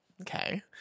Okay